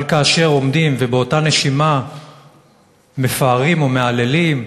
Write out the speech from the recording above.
אבל כאשר עומדים ובאותה נשימה מפארים, או מהללים,